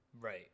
Right